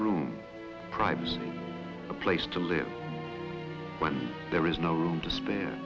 room privacy a place to live when there is no room to spare